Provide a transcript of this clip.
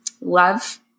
Love